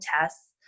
tests